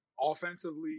offensively